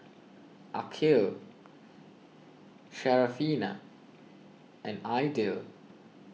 Aqil Syarafina and Aidil